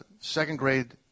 second-grade